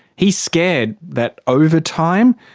he's scared that over time,